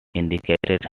indicates